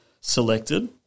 selected